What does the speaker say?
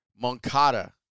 Moncada